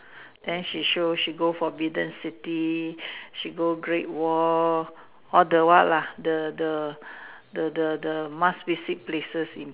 then she show she go forbidden city she go great wall all the what lah the the the the the must visit places in